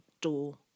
door